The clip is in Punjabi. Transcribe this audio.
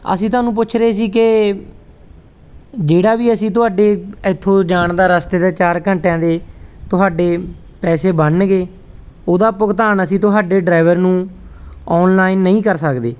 ਅਸੀਂ ਤੁਹਾਨੂੰ ਪੁੱਛ ਰਹੇ ਸੀ ਕਿ ਜਿਹੜਾ ਵੀ ਅਸੀਂ ਤੁਹਾਡੇ ਇੱਥੋਂ ਜਾਣ ਦਾ ਰਸਤੇ ਦਾ ਚਾਰ ਘੰਟਿਆਂ ਦੇ ਤੁਹਾਡੇ ਪੈਸੇ ਬਣਨਗੇ ਉਹਦਾ ਭੁਗਤਾਨ ਅਸੀਂ ਤੁਹਾਡੇ ਡਰੈਵਰ ਨੂੰ ਔਨਲਾਈਨ ਨਹੀਂ ਕਰ ਸਕਦੇ